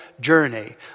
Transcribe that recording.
journey